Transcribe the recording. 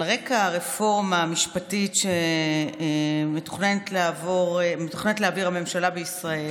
על רקע הרפורמה המשפטית שמתוכננת להעביר הממשלה בישראל,